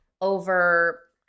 over